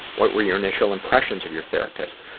what were your initial impressions of your therapist?